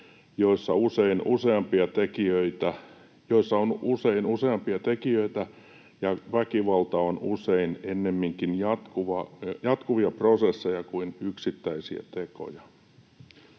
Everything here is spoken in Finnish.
joissa on usein useampia tekijöitä, ja väkivalta on usein ennemminkin jatkuvia prosesseja kuin yksittäisiä tekoja.